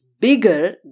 bigger